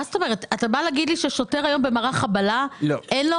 אתה בא להגיד לי שלשוטר במערך חבלה אין --?